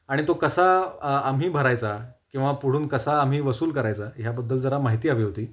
आणि तो कसा आम्ही भरायचा किंवा पुढून कसा आम्ही वसूल करायचा ह्याबद्दल जरा माहिती हवी होती